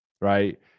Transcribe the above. Right